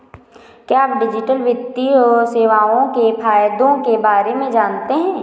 क्या आप डिजिटल वित्तीय सेवाओं के फायदों के बारे में जानते हैं?